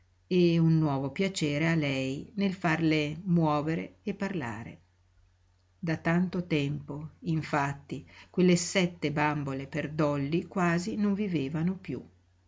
e un nuovo piacere a lei nel farle muovere e parlare da tanto tempo infatti quelle sette bambole per dolly quasi non vivevano piú